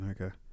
okay